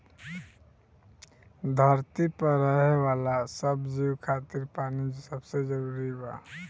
धरती पर रहे वाला सब जीव खातिर पानी सबसे जरूरी बा